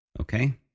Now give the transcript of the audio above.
Okay